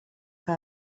que